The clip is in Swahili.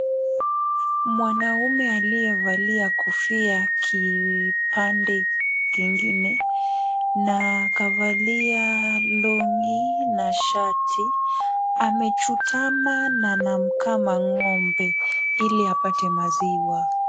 Mwanaume aliyevalia kofia kipande kingine na akavalia long na shati, amechutamana na anamkama ng'ombe ili apate maziwa.